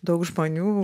daug žmonių